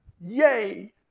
yay